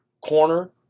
corner